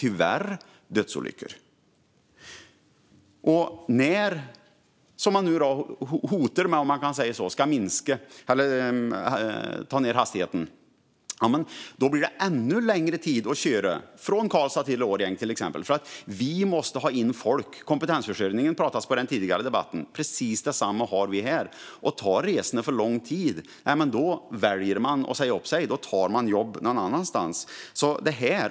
När man som nu hotar, om man kan säga så, med att sänka hastigheten kommer det att ta ännu längre tid att köra till exempel från Karlstad till Årjäng. Vi måste ha in folk; det pratades om kompetensförsörjning i en tidigare debatt, och det är precis samma här. Men tar resorna för lång tid väljer folk att säga upp sig och tar jobb någon annanstans.